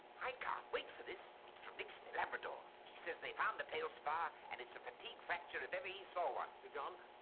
i can't wait for this. it's from nixon in labrador. he says they found the tail spar, and it's a fatigue fracture if ever he saw one. sir john,